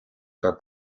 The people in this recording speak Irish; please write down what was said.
gur